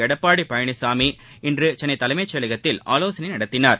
எடப்பாடி பழனிசாமி இன்று சென்னை தலைமைச் செயலகத்தில் ஆலோசனை நடத்தினார்